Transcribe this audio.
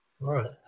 Right